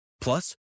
Plus